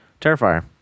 Terrifier